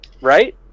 right